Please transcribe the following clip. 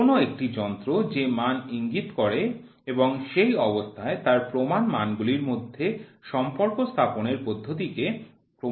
কোন একটি যন্ত্র যে মান ইঙ্গিত করে এবং সেই অবস্থায় তার প্রমাণ মানগুলির মধ্যে সম্পর্ক স্থাপনের পদ্ধতিকে ক্রমাঙ্কন বলা হয়